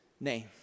name